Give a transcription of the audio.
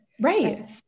Right